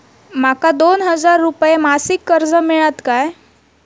माका दोन हजार रुपये मासिक कर्ज मिळात काय?